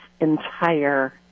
entire